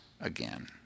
again